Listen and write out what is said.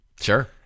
Sure